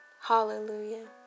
Hallelujah